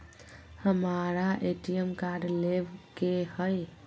हमारा ATM card लेव के हई